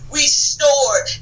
restored